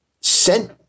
sent